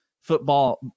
football